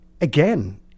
Again